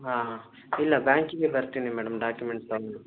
ಹಾಂ ಇಲ್ಲ ಬ್ಯಾಂಕಿಗೆ ಬರ್ತೀನಿ ಮೇಡಮ್ ಡಾಕಿಮೆಂಟ್ ತೊಗೊಂಡು